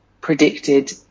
predicted